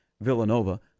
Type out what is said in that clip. Villanova